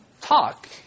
talk